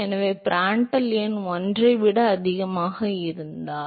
எனவே பிராண்டல் எண் 1 ஐ விட அதிகமாக இருந்தால்